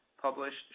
published